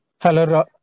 Hello